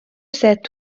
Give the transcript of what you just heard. cet